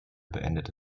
beendete